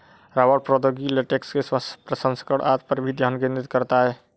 रबड़ प्रौद्योगिकी लेटेक्स के प्रसंस्करण आदि पर भी ध्यान केंद्रित करता है